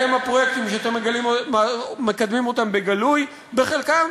אלה הם הפרויקטים שאתם מקדמים אותם בגלוי בחלקם,